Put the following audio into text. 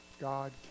God